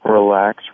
Relax